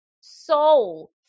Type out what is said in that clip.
Soul